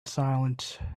silent